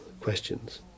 questions